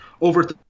over